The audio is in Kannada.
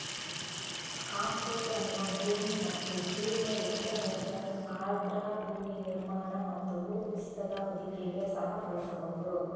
ಕಾಂಪೋಸ್ಟ್ ಅನ್ನು ಭೂಮಿ ಮತ್ತು ಸ್ಟ್ರೀಮ್ ರಿಕ್ಲೇಮೇಶನ್, ಆರ್ದ್ರ ಭೂಮಿ ನಿರ್ಮಾಣ ಮತ್ತು ಭೂಕುಸಿತದ ಹೊದಿಕೆಗೆ ಸಹ ಬಳಸಬಹುದು